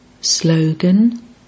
Slogan